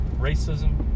racism